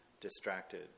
distracted